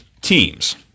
teams